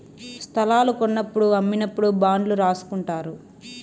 స్తలాలు కొన్నప్పుడు అమ్మినప్పుడు బాండ్లు రాసుకుంటారు